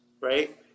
Right